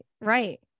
right